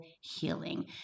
healing